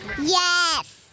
Yes